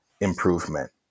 improvement